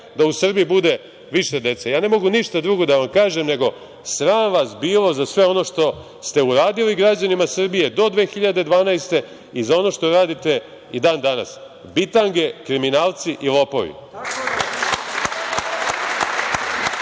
da u Srbiji bude više dece. Ne mogu ništa drugo da vam kažem, nego sram vas bilo za ono što ste uradili građanima Srbije do 2012. godine i za ono što radite i dan danas, bitange, kriminalci i lopovi!